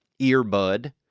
Earbud